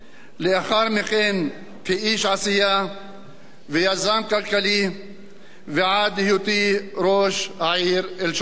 לאחר מכן כאיש עשייה ויזם כלכלי ועד היותי ראש העיר אל-שגור.